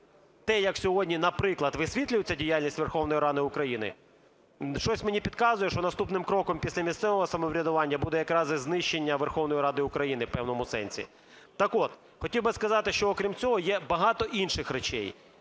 те, як сьогодні, наприклад, висвітлюється діяльність Верховної Ради України, щось мені підказує, що наступним кроком після місцевого самоврядування буде якраз і знищення Верховної Ради України в певному сенсі. Так от хотів би сказати, що окрім цього, є багато інших речей,